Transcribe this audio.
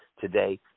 today